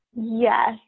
Yes